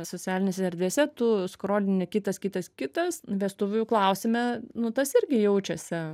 socialinėse erdvėse tų skrolinti kitas kitas kitas vestuvių klausime nu tas irgi jaučiasi